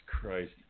Christ